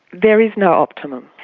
there is no optimum.